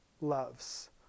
loves